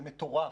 זה מטורף.